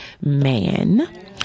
man